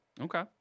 Okay